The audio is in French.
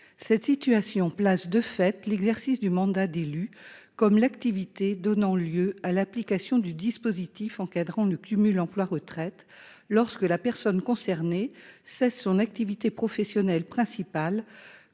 Cette situation place de fait l'exercice du mandat d'élu comme une activité donnant lieu à l'application du dispositif encadrant le cumul emploi-retraite, lorsque la personne concernée cesse son activité professionnelle principale,